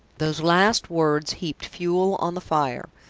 those last words heaped fuel on the fire.